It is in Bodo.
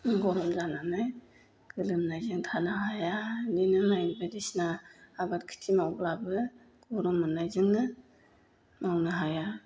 गरम जानानै गोलोमनायजों थानो हाया इदिनो माइ बायदिसिना आबाद खिथि मावब्लाबो गरम मोननायजोंनो मावनो हाया